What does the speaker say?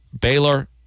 Baylor